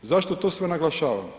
Zašto to sve naglašavam?